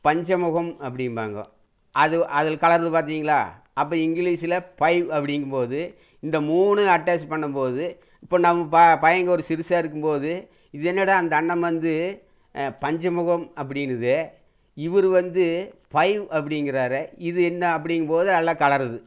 பஞ்சமுகம் அப்படிம்பாங்க அது அதில் கலருது பார்த்தீங்களா அப்போ இங்கிலீஷில் ஃபைவ் அப்படிங்கும்போது இந்த மூணு அட்டாச் பண்ணும்போது இப்போ நம்ம பையனுங்க ஒரு சிறுசாக இருக்கும்போது இது என்னடா அந்த அண்ணண் வந்து பஞ்சமுகம் அப்படின்னுதே இவர் வந்து ஃபைவ் அப்படிங்கிறாரே இது என்னா அப்படிங்கும்போது எல்லா கலருது